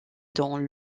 dans